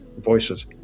voices